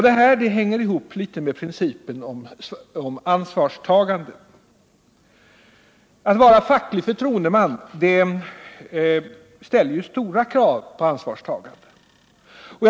Det här hänger också litet ihop med principen om ansvarstagandet. Att vara facklig förtroendeman ställer stora krav på ansvarstagande.